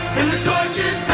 and the torch is